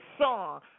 song